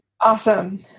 Awesome